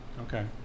Okay